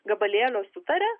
gabalėlio sutaria